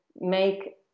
make